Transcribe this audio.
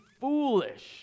foolish